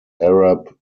arab